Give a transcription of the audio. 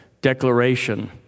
declaration